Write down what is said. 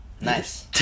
Nice